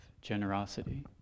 generosity